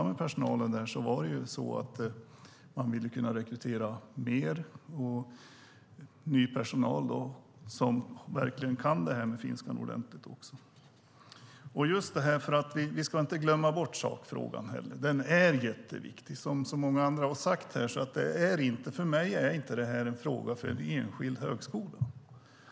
Man vill där rekrytera ny personal som verkligen kan finska ordentligt. Vi ska inte glömma bort sakfrågan. Den är jätteviktig, som så många andra här har sagt. För mig är inte det här en fråga om en enskild högskola.